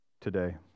today